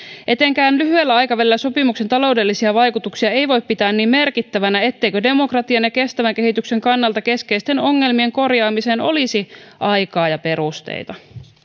etenkään lyhyellä aikavälillä sopimuksen taloudellisia vaikutuksia ei voi pitää niin merkittävänä etteikö demokratian ja kestävän kehityksen kannalta keskeisten ongelmien korjaamiseen olisi aikaa ja perusteita